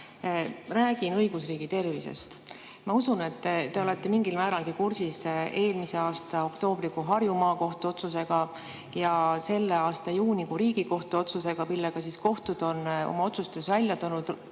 Räägin õigusriigi tervisest. Ma usun, et te olete mingil määral kursis eelmise aasta oktoobrikuu Harju Maakohtu otsusega ja selle aasta juunikuu Riigikohtu otsusega, millega kohtud on oma otsustes välja toonud